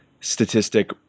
statistic